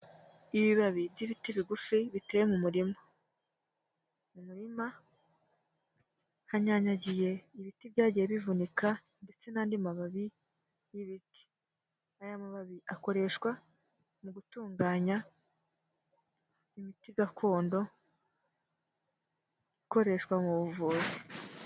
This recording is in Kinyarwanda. Ibibabi by'ibiti bigufi biteye mu murima. Mu muririma hanyanyagiye ibiti byagiye bivunika ndetse n'andi mababi y'ibiti. Aya mababi akoreshwa, mu gutunganya imiti gakondo, ikoreshwa mu buvuzi.